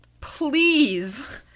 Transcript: please